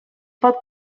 pot